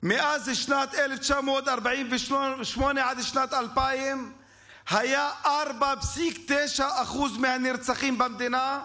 מאז שנת 1948 עד שנת 2000 היה 4.9% מהנרצחים במדינה,